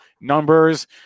numbers